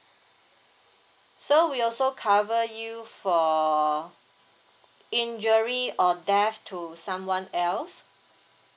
so we also cover you for injury or death to someone else